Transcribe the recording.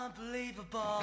Unbelievable